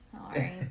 Sorry